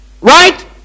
Right